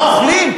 מה אוכלים?